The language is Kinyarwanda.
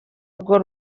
rwo